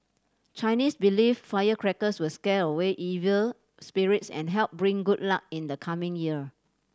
Chinese believe firecrackers will scare away evil spirits and help bring good luck in the coming year